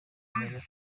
ndabyemera